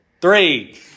Three